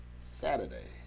Saturday